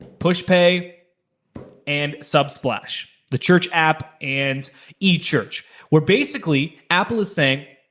pushpay and subsplash, the church app and echurch, where basically apple is saying,